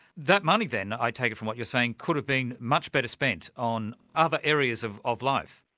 that money then, i take it from what you're saying, could have been much better spent on other areas of of life.